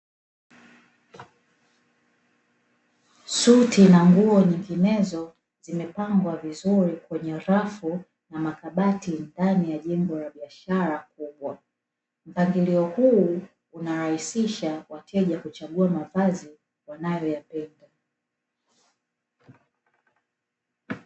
Suti na nguo nyinginezo zimepangwa vizuri kwenye rafu na makabati ndani ya jengo la biashara kubwa. Mpangilio huu unarahisisha wateja kuchagua mavazi wanayoyapenda.